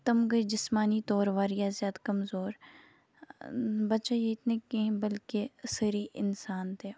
تِم گٔے جسمٲنی طرو واریاہ زیادٕ کمزور بَچے یوتۍ نہٕ کینہۍ بلکہ سٲری انسان تہِ